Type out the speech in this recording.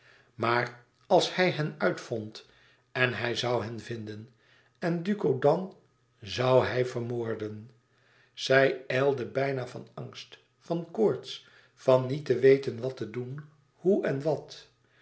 maar als hij hen uitvond en hij zoû hen vinden en duco dan zoû hij vermoorden e ids aargang ij ijlde bijna van angst van koorts van niet te weten wat te doen hoe en wat